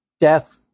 death